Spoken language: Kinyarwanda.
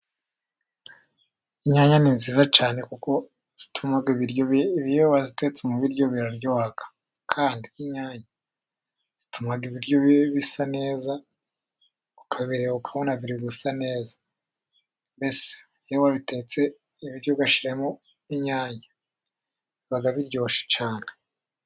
Inyanya ni nziza cyane kuko zituma iyo wazitetse mu biryo biraryoha, kandi inyanya zituma ibiryo bisa neza, ukabireba ukabona biri gusa neza, mbese iyo watetse ibiryo ugashiramo inyanya biba biryoshye cyane.